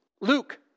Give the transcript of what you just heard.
Luke